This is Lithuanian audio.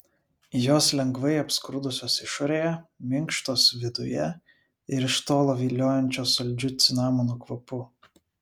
jos lengvai apskrudusios išorėje minkštos viduje ir iš tolo viliojančios saldžiu cinamono kvapu